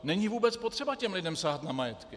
Není vůbec potřeba těm lidem sahat na majetky.